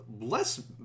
less